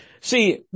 See